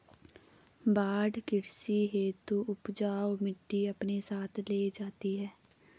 बाढ़ कृषि हेतु उपजाऊ मिटटी अपने साथ ले आती है